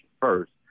first